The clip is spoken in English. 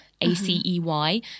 A-C-E-Y